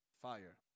fire